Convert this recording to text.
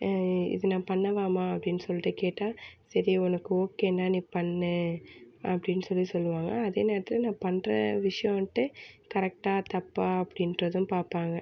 இது நான் பண்ணவாம்மா அப்படினுட்டு சொல்லிட்டு கேட்டால் சரி உனக்கு ஓகேனால் நீ பண்ணு அப்படின்னு சொல்லி சொல்லுவாங்க அதே நேரத்தில் நான் பண்ணுற விஷயனுட்டு கரெக்ட்டா தப்பா அப்படின்றதும் பார்ப்பாங்க